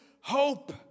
hope